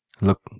Look